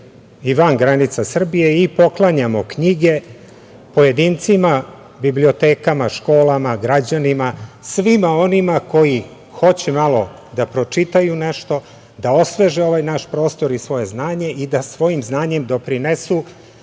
i van granica Srbije i poklanjamo knjige pojedincima, bibliotekama, školama, građanima, svima onima koji hoće malo da pročitaju nešto, da osveže ovaj naš prostor i svoje znanje i da svojim znanjem doprinesu